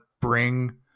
bring